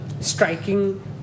striking